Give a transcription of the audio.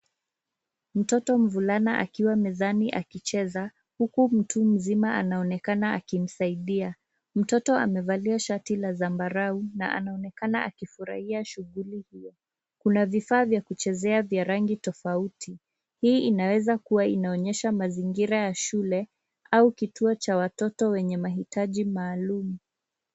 Mtoto mvulana akiwa mezani akicheza, huku mtu mzima anaonekana akimsaidia .Mtoto amevalia shati la zambarau na anaonekana akifurahia shughuli hio. Kuna vifaa vya kuchezea vya rangi tofauti .Hii inaweza kuwa inaonyesha mazingira ya shule, au kituo cha watoto wenye mahitaji maalum.